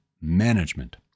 management